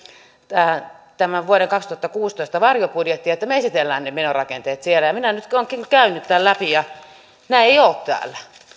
vuoden kaksituhattakuusitoista varjobudjettiamme että me esittelemme ne menorakenteet siellä minä nyt olenkin käynyt tämän läpi ja ne eivät ole täällä